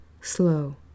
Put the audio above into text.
slow